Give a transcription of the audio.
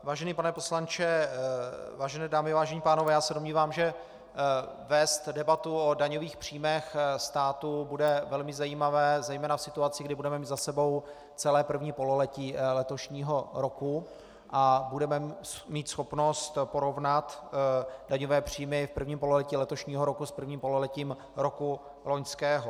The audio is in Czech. Vážený pane poslanče, vážené dámy, vážení pánové, domnívám se, že vést debatu o daňových příjmech státu bude velmi zajímavé zejména v situaci, kdy budeme mít za sebou celé první pololetí letošního roku a budeme mít schopnost porovnat daňové příjmy v prvním pololetí letošního roku s prvním pololetím roku loňského.